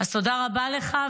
אז תודה רבה לך.